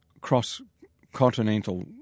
cross-continental